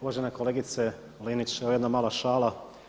Uvažena kolegice Linić, evo jedna mala šala.